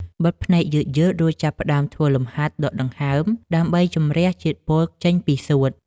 បិទភ្នែកយឺតៗ រួចចាប់ផ្ដើមធ្វើលំហាត់ដកដង្ហើម ដើម្បីជម្រះជាតិពុលចេញពីសួត។